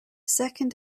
second